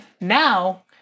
now